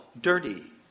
dirty